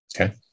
Okay